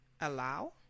Allow